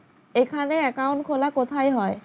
এখানে অ্যাকাউন্ট খোলা কোথায় হয়?